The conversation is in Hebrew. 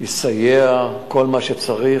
יסייע בכל מה שצריך.